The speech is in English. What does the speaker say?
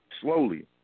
slowly